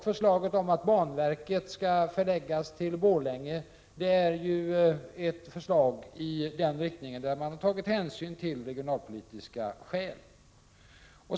Förslaget om att banverket skall förläggas till Borlänge är ju ett förslag i den riktningen, där man har tagit hänsyn till regionalpolitiska skäl.